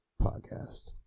podcast